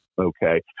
Okay